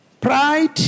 Pride